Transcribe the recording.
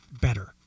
better